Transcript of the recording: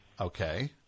Okay